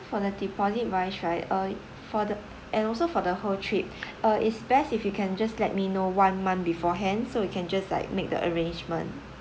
for the deposit wise right uh for the and also for the whole trip uh it's best if you can just let me know one month beforehand so we can just like make the arrangement